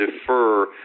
defer